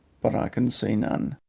but i can see none.